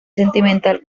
sentimental